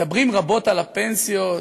מדברים רבות על הפנסיות,